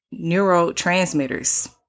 neurotransmitters